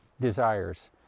desires